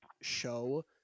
show